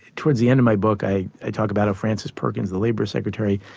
towards the end of my book i i talk about a frances perkins, the labor secretary,